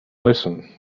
listen